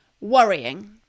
worrying